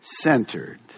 Centered